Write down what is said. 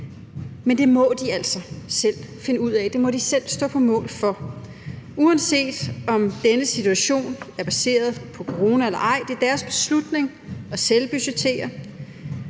Men det må de altså selv finde ud af – det må de selv stå på mål for. Uanset om denne situation er baseret på corona eller ej, er det deres beslutning at selvbudgettere.